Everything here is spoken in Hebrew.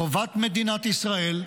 חובת מדינת ישראל,